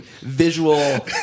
visual